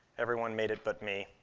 everyone made it but me.